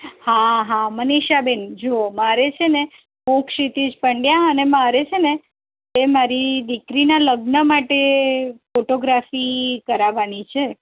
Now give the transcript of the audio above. હા હા મનીષા બેન જુઓ મારે છેને હું ક્ષિતિજ પંડયા અને મારે છેને એ મારી દીકરીના લગ્ન માટે ફોટોગ્રાફી કરાવવાની છે